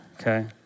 okay